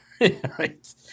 right